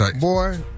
boy